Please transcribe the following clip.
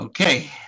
Okay